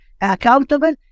accountable